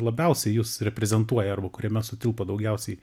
labiausiai jus reprezentuoja arba kuriame sutilpo daugiausiai